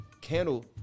candle